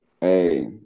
Hey